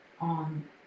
on